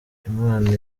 imana